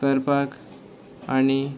करपाक आनी